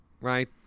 Right